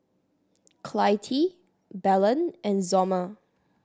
Clytie Belen and Somer